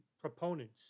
proponents